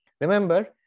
remember